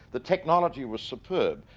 the technology was superb,